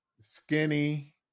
Skinny